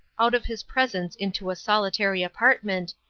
out of his presence into a solitary apartment,